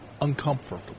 uncomfortable